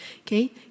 okay